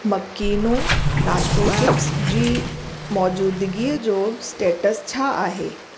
मकीनो nacho chips जी मौजूदगीअ जो स्टेटस छा आहे